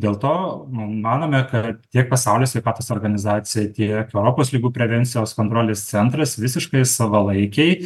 dėl to manome kad tiek pasaulio sveikatos organizacija tiek europos ligų prevencijos kontrolės centras visiškai savalaikiai